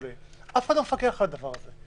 ואף אחד לא מפקח על הדבר הזה.